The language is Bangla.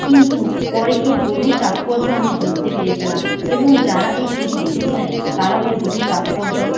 কিন্তু পরে এর গভীর তাৎপর্য আমি বুঝতে পেরেছিলাম এবং যারা এই ছবি দেখেছিলেন তারাও এর গভীর তাৎপর্য